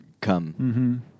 come